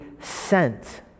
sent